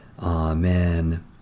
Amen